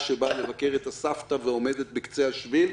שבאה לבקר את הסבתא ועומדת בקצה השביל,